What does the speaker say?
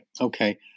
Okay